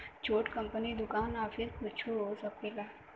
छोट कंपनी दुकान आफिस कुच्छो हो सकेला